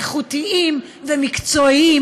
איכותיים ומקצועיים,